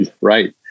right